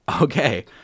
Okay